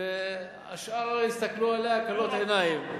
שהשאר הסתכלו עליה בעיניים כלות.